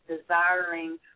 desiring